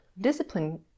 Discipline